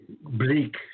bleak